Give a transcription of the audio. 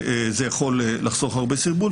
זה יכול לחסוך הרבה סרבול,